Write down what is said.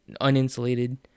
uninsulated